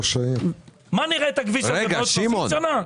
נראה את הכביש בעוד 30 שנה?